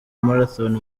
marathon